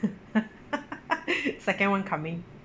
second [one] coming